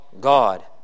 God